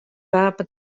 wapen